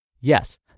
Yes